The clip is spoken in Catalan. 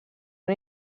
una